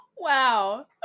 Wow